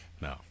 No